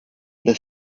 the